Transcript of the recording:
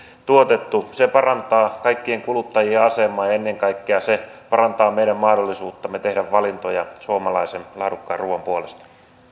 tuotettu se parantaa kaikkien kuluttajien asemaa ja ennen kaikkea se parantaa meidän mahdollisuuttamme tehdä valintoja suomalaisen laadukkaan ruoan puolesta